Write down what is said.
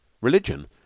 Religion